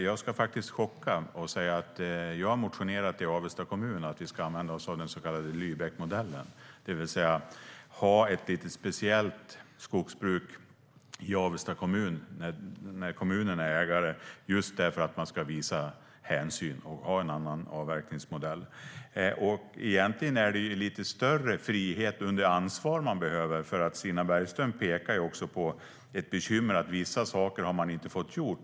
Jag ska chocka henne med att säga att jag motionerat i Avesta kommun om att vi ska använda oss av den så kallade Lübeckmodellen, det vill säga ha ett lite speciellt skogsbruk i Avesta kommun, när kommunen är ägare, just för att visa hänsyn och ha en annan avverkningsmodell. Egentligen är det lite större frihet under ansvar man behöver. Stina Bergström pekar på problemet med att vissa saker inte har blivit gjorda.